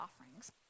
offerings